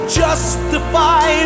justify